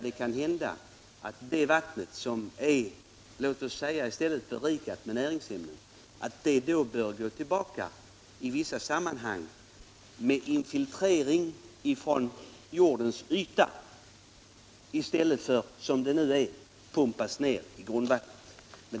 Det kan hända att det vattnet, som är berikat med näringsämnen, bör gå tillbaka i vissa sammanhang med filtrering från jordens yta i stället för att som nu pumpas ned i grundvattnet.